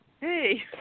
Hey